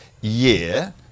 Year